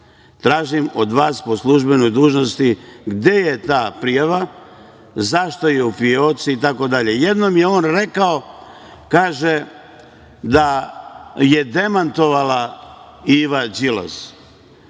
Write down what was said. Tražim od vas po službenoj dužnosti gde je ta prijava, zašto je u fioci itd. Jednom je on rekao, kaže da je demantovala Iva Đilas,